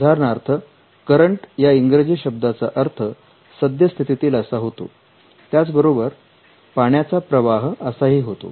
उदाहरणार्थ 'करंट' या इंग्रजी शब्दाचा अर्थ 'सद्यस्थितीतील' असा होतो त्याचबरोबर पाण्याचा प्रवाह असाही होतो